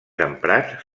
emprats